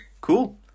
cool